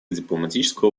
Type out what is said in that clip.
дипломатического